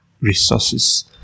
resources